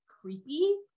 creepy